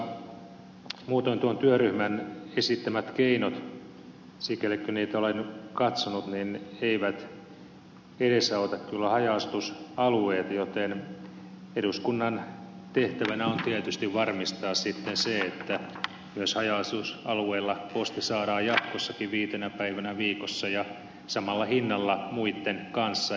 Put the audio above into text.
muutoin tuon työryhmän esittämät keinot sikäli kun niitä olen katsonut eivät kyllä edesauta haja asutusalueita joten eduskunnan tehtävänä on tietysti varmistaa sitten se että myös haja asutusalueilla posti saadaan jatkossakin viitenä päivänä viikossa ja samalla hinnalla muitten kanssa